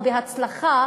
ובהצלחה,